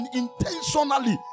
intentionally